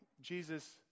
Jesus